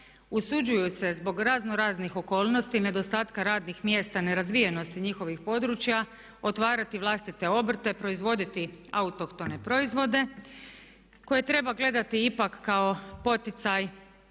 usuđuju se zbog razno raznih okolnosti, nedostatka radnih mjesta, nerazvijenosti njihovih područja otvarati vlastite obrte, proizvoditi autohtone proizvode koje treba gledati ipak kao poticaj